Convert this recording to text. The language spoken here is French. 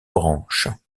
branches